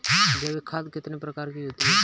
जैविक खाद कितने प्रकार की होती हैं?